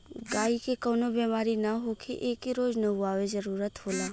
गायी के कवनो बेमारी ना होखे एके रोज नहवावे जरुरत होला